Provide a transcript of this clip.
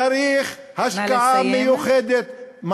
צריך השקעה מיוחדת,